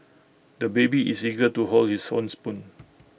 the baby is eager to hold his own spoon